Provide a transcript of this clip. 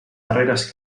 darreres